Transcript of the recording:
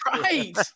right